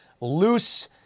loose